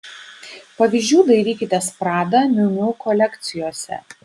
pavyzdžių dairykitės prada miu miu kolekcijose